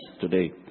today